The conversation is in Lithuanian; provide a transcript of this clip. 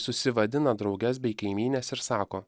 susivadina drauges bei kaimynes ir sako